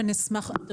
אשמח רק --- אוקיי.